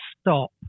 stop